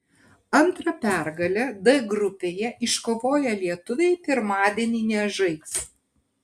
antra pergalę d grupėje iškovoję lietuviai pirmadienį nežais